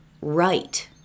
right